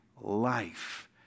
life